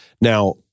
Now